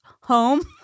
home